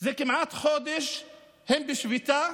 זה כמעט חודש הם בשביתה